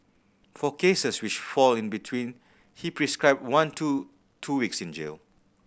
for cases which fall in between he prescribed one to two weeks in jail